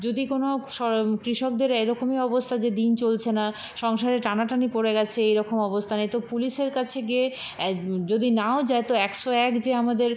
যদি কোনো সর কৃষকদের এরকমই অবস্থা যে দিন চলছে না সংসারে টানাটানি পড়ে গিয়েছে এরকম অবস্থা তো পুলিশের কাছে গিয়ে অ্যা যদি নাও যায় তো একশো এক যে আমাদের